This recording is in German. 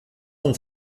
uns